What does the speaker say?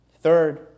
Third